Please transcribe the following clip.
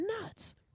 nuts